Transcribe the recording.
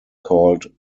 called